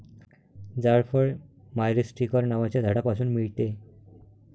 जायफळ मायरीस्टीकर नावाच्या झाडापासून मिळते